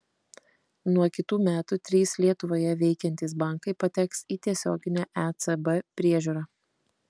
nuo kitų metų trys lietuvoje veikiantys bankai pateks į tiesioginę ecb priežiūrą